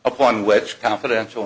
upon which confidential